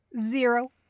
Zero